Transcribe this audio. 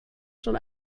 schon